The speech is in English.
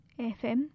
FM